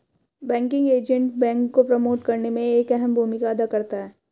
banking agent bank को promote करने में एक अहम भूमिका अदा करता है